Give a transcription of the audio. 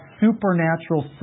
supernatural